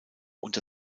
unter